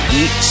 eat